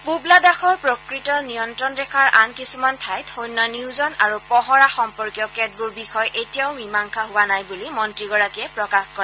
পূব লাডাখৰ প্ৰকৃত নিয়ন্ত্ৰণ ৰেখাৰ আন কিছুমান ঠাইত সৈন্য নিয়োজন আৰু পহৰা সম্পৰ্কীয় কেতবোৰ বিষয় এতিয়াও মীমাংসা হোৱা নাই বুলি মন্ত্ৰীগৰাকীয়ে প্ৰকাশ কৰে